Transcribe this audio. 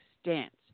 stance